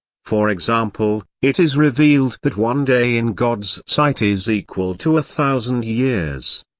for example, it is revealed that one day in god's sight is equal to a thousand years.